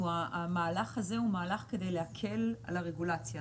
המהלך הזה הוא מהלך כדי להקל על הרגולציה,